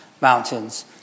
mountains